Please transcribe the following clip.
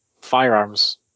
firearms